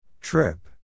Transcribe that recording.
Trip